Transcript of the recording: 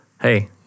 Hey